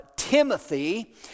Timothy